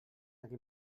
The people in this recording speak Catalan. aquí